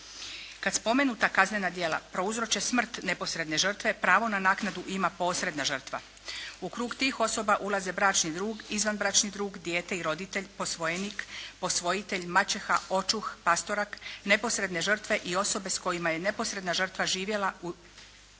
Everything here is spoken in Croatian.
Kada spomenuta kaznena djela prouzroče smrt neposredne žrtve, pravo na naknadu ima posredna žrtva. U krug tih osoba ulaze bračni drug, izvanbračni drug, dijete i roditelj, posvojenik, posvojitelj, maćeha, očuh, pastorak, neposredne žrtve i osobe s kojima je neposredna žrtva živjela u